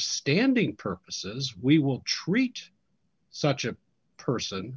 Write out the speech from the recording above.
standing purposes we will treat such a person